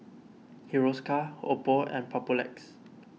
Hiruscar Oppo and Papulex